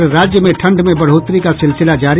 और राज्य में ठंड में बढ़ोतरी का सिलसिला जारी